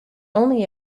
only